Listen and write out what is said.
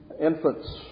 infants